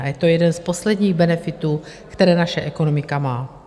A je to jeden z posledních benefitů, které naše ekonomika má.